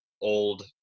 old